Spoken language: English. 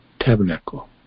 tabernacle